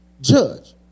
judge